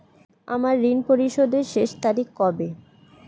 আমার ঋণ পরিশোধের শেষ তারিখ কবে?